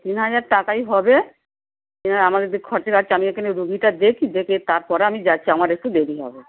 তিন হাজার টাকাই হবে আমাদের খরচা বাড়ছে আমি এখানে রুগীটা দেখি দেখে তারপরে আমি যাচ্ছি আমার একটু দেরি হবে